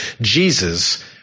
Jesus